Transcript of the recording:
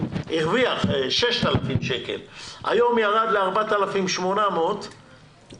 שהרוויח 6,000 שקלים והיום ירד ל-4,800 שקלים לחודש.